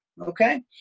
Okay